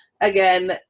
Again